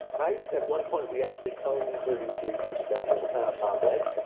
right? at one point we actually owned thirty three percent of it.